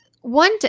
One